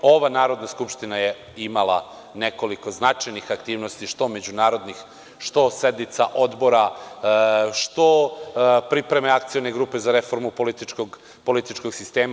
Ova Narodna skupština je imala nekoliko značajnih aktivnosti što međunarodnih, što sednica odbora, što priprema Akcione grupe za reformu političkog sistema.